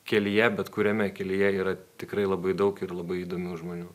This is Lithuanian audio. kelyje bet kuriame kelyje yra tikrai labai daug ir labai įdomių žmonių